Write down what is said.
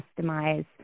customize